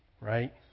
Right